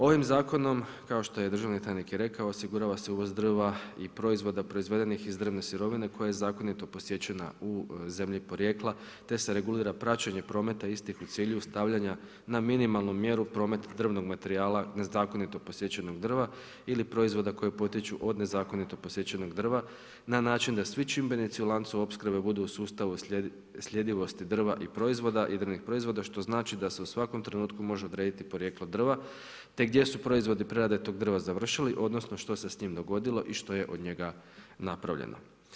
Ovim zakonom, kao što je državni tajnik i rekao, osigurava se uvoz drva i proizvoda proizvedenih iz drvne sirovine, koja je zakonito podsjećana u zemlji porijekla, te se regulira praćenje prometa istih u cilju stavljanja na minimalnu mjeru promet drvnog materijala, nezakonito posjećenog drva ili proizvoda koji potječu od nezakonito podsjećenog drva, na način da svi čimbenici u lancu opskrbe budu u sustavu slijedivosti drva i proizvoda i drvnih proizvoda, što znači da se u svakom trenutku može odrediti porijeklo drva, te gdje su proizvodi prerade tog drva završili, odnosno, što se s tim dogodilo i što je od njega napravljeno.